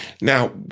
Now